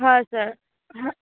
હા સર હં